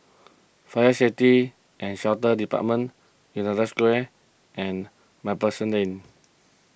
Fire Safety and Shelter Department United Square and MacPherson Lane